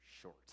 short